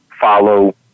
follow